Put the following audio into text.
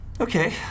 Okay